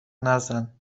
نزن